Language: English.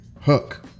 hook